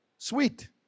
Sweet